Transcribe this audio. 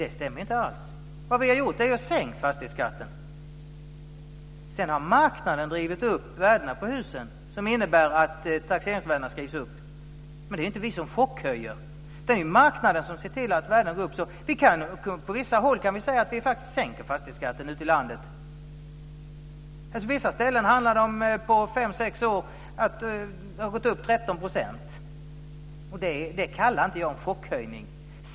Det stämmer inte alls. Sedan har marknaden drivit upp värdena på husen, och det innebär att taxeringsvärdena skrivs upp. Men det är inte vi som chockhöjer. Det är marknaden som ser till att värdena går upp. Det kallar jag inte för en chockhöjning.